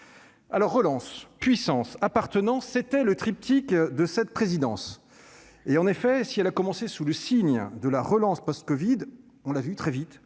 Alors relance puissance appartenant, c'était le triptyque de cette présidence et en effet, si elle a commencé sous le signe de la relance post-Covid on l'a vu très vite